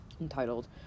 entitled